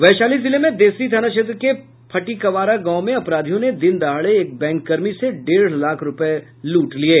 वैशाली जिले में देसरी थाना क्षेत्र के फटिकवारा गांव में अपराधियों ने दिनदहाड़े एक बैंककर्मी से डेढ़ लाख रुपये लूट लिये